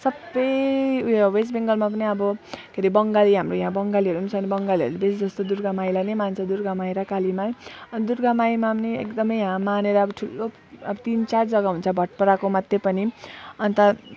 सबै उयो वेस्ट बेङ्गलमा पनि अब के अरे बङ्गाली हाम्रो यहाँ बङ्गालीहरू छन् बङ्गालीहरूले बेसी जस्तो दुर्गा माईलाई नै मान्छ दुर्गा माई र काली माई दुर्गा माईमा पनि एकदम यहाँ मानेर अब ठुलो अब तिन चार जगा हुन्छ भटपाडाको मात्र पनि अन्त